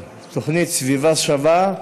תוכנית "סביבה שווה".